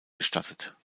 gestattet